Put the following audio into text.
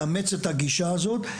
לאמץ את הגישה הזאת,